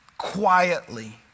quietly